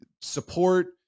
support